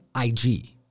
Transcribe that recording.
IG